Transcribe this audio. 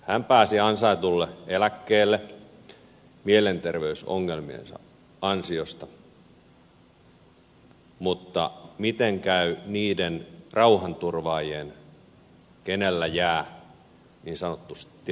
se pääsi ansaitulle eläkkeelle mielenterveysongelmiensa ansiosta mutta miten käy niiden rauhanturvaajien joilla jää niin sanotusti tilanne päälle